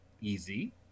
easy